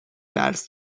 درس